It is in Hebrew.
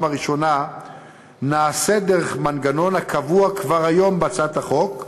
הראשונה נעשית דרך מנגנון הקבוע כבר היום בהצעת החוק,